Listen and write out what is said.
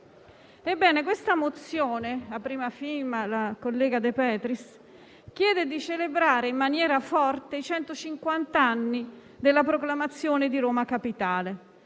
Ebbene questa mozione, a prima firma della collega De Petris, chiede di celebrare in maniera forte i centocinquant'anni della proclamazione di Roma Capitale.